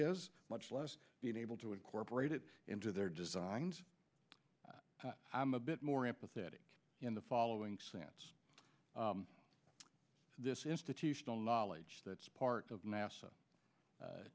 is much less being able to incorporate it into their designs i'm a bit more empathetic in the following sense this institutional knowledge that's part of nasa